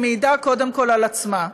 היא מעידה קודם כול על עצמה.